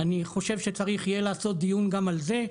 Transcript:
אני חושב שצריך יהיה לעשות דיון גם על זה.